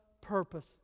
purpose